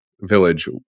village